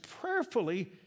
prayerfully